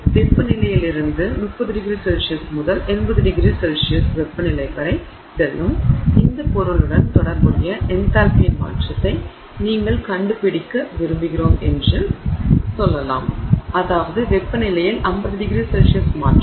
அறை வெப்பநிலையிலிருந்து 30ºC முதல் 80ºC வெப்பநிலை வரை செல்லும் இந்த பொருளுடன் தொடர்புடைய என்தால்பியின் மாற்றத்தை நீங்கள் கண்டுபிடிக்க விரும்புகிறோம் என்று சொல்லலாம் அதாவது வெப்பநிலையில் 50ºC மாற்றம்